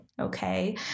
okay